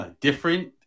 Different